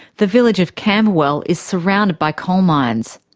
the village of camberwell is surrounded by coalmines.